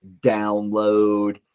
download